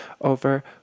over